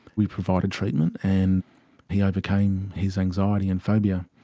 we provided treatment and he overcame his anxiety and phobia.